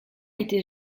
était